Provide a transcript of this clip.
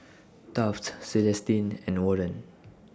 Taft Celestine and Warren